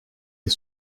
est